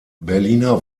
berliner